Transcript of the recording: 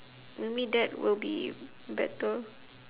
maybe that will be better